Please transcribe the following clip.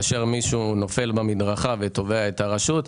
כאשר מישהו נופל במדרכה ותובע את הרשות,